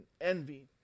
envy